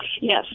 Yes